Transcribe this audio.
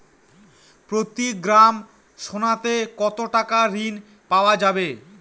প্রতি গ্রাম সোনাতে কত টাকা ঋণ পাওয়া যাবে?